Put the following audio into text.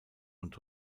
und